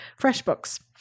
FreshBooks